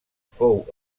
fou